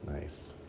nice